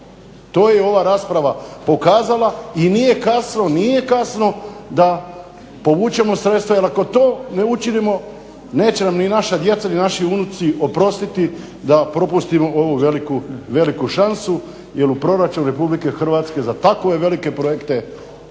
To je ova rasprava pokazala i nije kasno, nije kasno da povučemo sredstva. Jer ako to ne učinimo neće nam ni naša djeca, ni naši unuci oprostiti da propustimo ovu veliku šansu. Jer u proračun Republike Hrvatske za takve velike projekte